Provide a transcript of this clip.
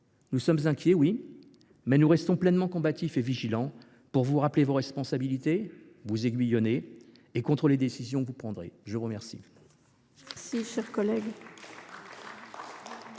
Nous sommes inquiets, oui, mais nous restons pleinement combatifs et vigilants pour vous rappeler vos responsabilités, pour vous aiguillonner et pour contrôler les décisions que vous prendrez. La parole